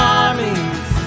armies